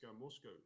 Moscow